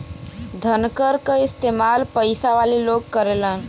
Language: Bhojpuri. धनकर क इस्तेमाल पइसा वाले लोग करेलन